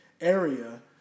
area